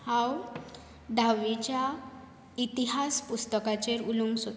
हांव धांवेच्या इतिहास पूस्तकाचेर उलोवंक सोदतां